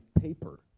paper